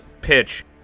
pitch